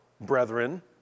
brethren